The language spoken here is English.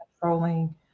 controlling